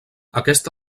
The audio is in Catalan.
aquest